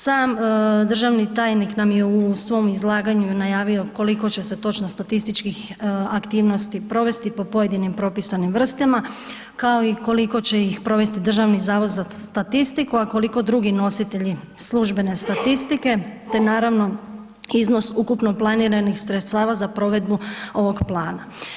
Sam državni tajnik nam je u svom izlaganju najavio koliko će se točno statističkih aktivnosti provesti po pojedini propisanim vrstama kao i koliko će ih provesti DZS, a koliko drugi nositelji službene statistike te naravno iznos ukupno planiranih sredstava za provedbu ovog plana.